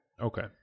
okay